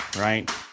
right